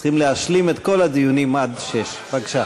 צריכים להשלים את כל הדיונים עד 18:00. בבקשה.